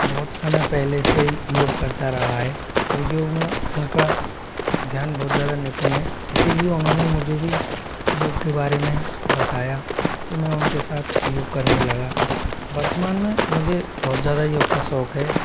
बहुत समय पहले से ही योग करता रहा है और जो मैं उनका ध्यान बहुत ज़्यादा निपुण है इसीलिए उन्होंने मुझे भी योग के बारे में बताया तो मैं उनके साथ योग करने लगा वर्तमान में मुझे बहुत ज़्यादा योग का शौक है